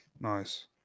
Nice